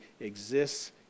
exists